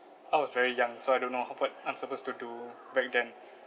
I was very young so I don't know I'm supposed to do back then